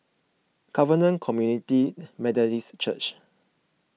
Covenant Community Methodist Church